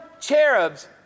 cherubs